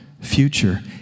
future